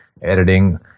editing